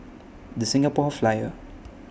The Singapore Flyer